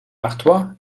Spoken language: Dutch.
artois